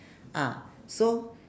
ah so